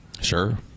Sure